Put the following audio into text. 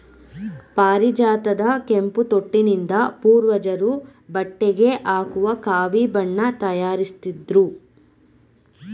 ಪಾರಿಜಾತದ ಕೆಂಪು ತೊಟ್ಟಿನಿಂದ ಪೂರ್ವಜರು ಬಟ್ಟೆಗೆ ಹಾಕುವ ಕಾವಿ ಬಣ್ಣ ತಯಾರಿಸುತ್ತಿದ್ರು